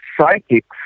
psychics